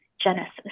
Genesis